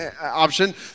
option